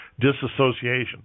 Disassociation